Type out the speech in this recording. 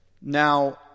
Now